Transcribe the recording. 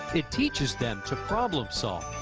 it teaches them to problem solve.